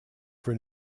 for